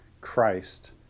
Christ